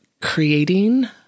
creating